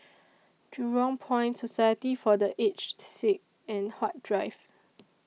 Jurong Point Society For The Aged Sick and Huat Drive